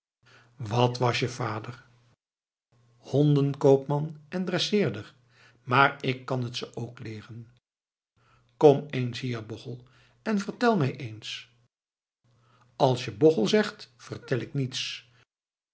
wat was je vader hondenkoopman en dresseerder maar ik kan het ze ook leeren kom eens hier bochel en vertel mij eens als je bochel zegt vertel ik niets